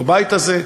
בבית הזה,